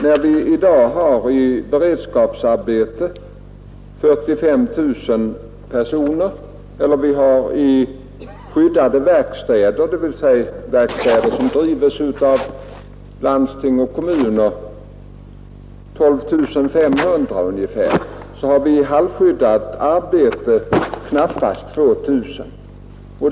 I dag sysselsätts i beredskapsarbete 45 000 personer och i skyddade verkstäder, dvs. verkstäder som drivs av landsting och kommuner, ungefär 12500 personer under det att i halvskyddad sysselsättning deltar knappt 2 000 personer.